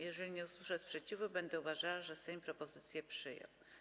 Jeżeli nie usłyszę sprzeciwu, będę uważała, że Sejm propozycję przyjął.